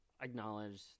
acknowledge